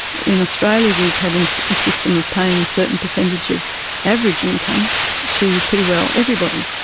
in australia we've had um so a system of paying a certain percentage of average income to pretty well everybody.